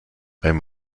beim